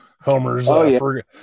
Homer's